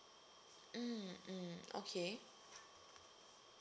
mm mm okay